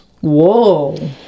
Whoa